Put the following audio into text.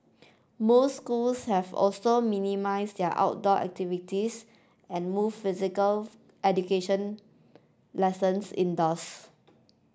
most schools have also minimised their outdoor activities and moved physical education lessons indoors